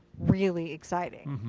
really exciting.